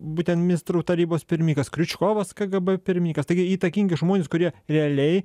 būtent ministrų tarybos pirmininkas kriučkovas kgb pirmininkas taigi įtakingi žmonės kurie realiai